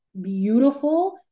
beautiful